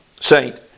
Saint